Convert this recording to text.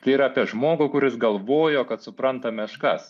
tai yra apie žmogų kuris galvojo kad supranta meškas